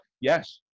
Yes